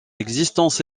existence